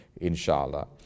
inshallah